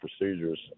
procedures